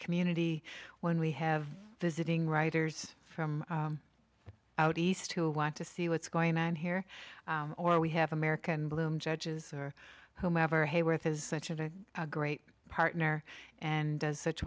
community when we have visiting writers from out east who want to see what's going on here or we have american bloom judges or whomever hayworth is a great partner and as such